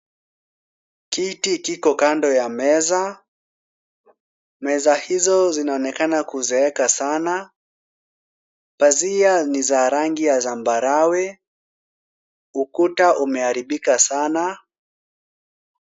Kiti kiko kando ya meza. Meza hizo zinaonekana kuzeeka sana. Pazia ni za rangi ya zambarau. Ukuta umeharibika sana.